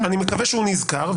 אני מקווה שהוא נזכר,